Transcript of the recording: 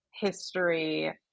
history